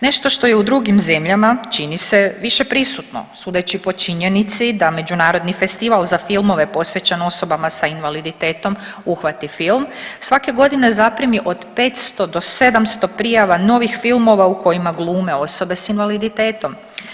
Nešto što je u drugim zemljama, čini se, više prisutno, sudeći po činjenici da međunarodni festival za filmove posvećen osobama s invaliditetom Uhvati film, svake godine zaprimi od 500 do 700 prijava novih filmova u kojima glume osobe s invaliditetom.